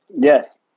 Yes